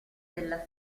della